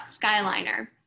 Skyliner